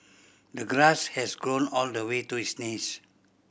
the grass has grown all the way to his knees